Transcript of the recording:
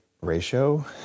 ratio